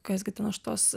kas gi ten už tos